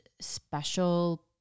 special